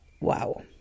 Wow